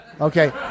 Okay